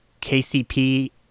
KCP